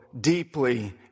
deeply